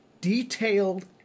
detailed